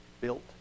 built